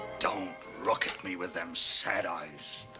don't look at me with them sad eyes.